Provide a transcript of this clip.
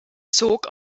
zog